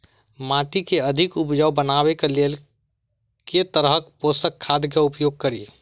माटि केँ अधिक उपजाउ बनाबय केँ लेल केँ तरहक पोसक खाद केँ उपयोग करि?